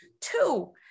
Two